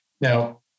Now